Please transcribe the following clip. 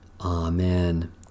Amen